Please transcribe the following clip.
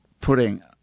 putting